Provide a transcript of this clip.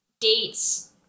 dates